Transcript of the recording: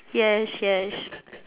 yes yes